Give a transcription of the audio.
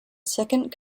second